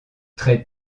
très